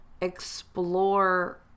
explore